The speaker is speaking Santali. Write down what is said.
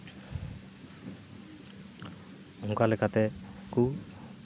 ᱚᱱᱠᱟ ᱞᱮᱠᱟᱛᱮ ᱠᱩ